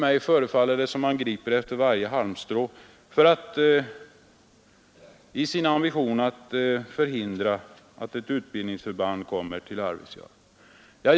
Mig förefaller det som om man griper efter varje halmstrå i sin ambition att förhindra att ett utbildningsförband kommer till Arvidsjaur.